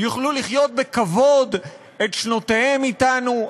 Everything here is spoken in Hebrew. יוכלו לחיות בכבוד את שנותיהם אתנו.